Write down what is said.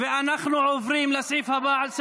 אנחנו עוברים לסעיף הבא על סדר-היום.